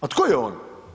A tko je on?